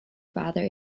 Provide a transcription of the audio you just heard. father